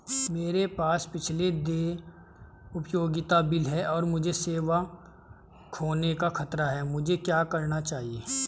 मेरे पास पिछले देय उपयोगिता बिल हैं और मुझे सेवा खोने का खतरा है मुझे क्या करना चाहिए?